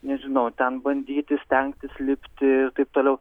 nežinau ten bandyti stengtis lipti ir taip toliau